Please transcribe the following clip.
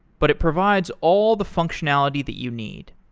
but it provides all the functionality that you need.